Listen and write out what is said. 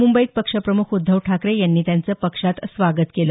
मुंबईत पक्षप्रमुख उद्धव ठाकरे यांनी त्यांचं पक्षात स्वागत केलं